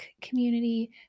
community